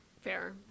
Fair